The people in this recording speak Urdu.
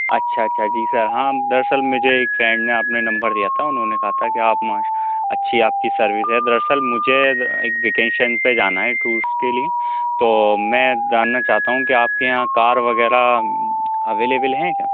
اچھا اچھا جی سر ہاں دراصل مجھے ایک فرینڈ نے آپ نے نمبر دیا تھا اُنہوں نے کہا تھا کہ آپ اچھی آپ کی سروس ہے در اصل مجھے ایک ویکیشن پہ جانا ہے ٹورس کے لیے تو میں جاننا چاہتا ہوں کہ آپ کے یہاں کار وغیرہ اویلیبل ہیں کیا